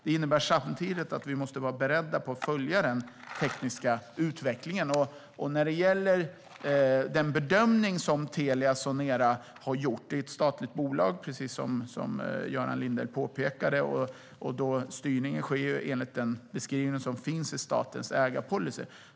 Det innebär samtidigt att vi måste vara beredda på att följa den tekniska utvecklingen. När det gäller den bedömning som Telia Sonera har gjort är det, precis som Göran Lindell påpekade, ett statligt bolag, och styrningen sker enligt den beskrivning som finns i statens ägarpolicy.